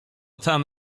tam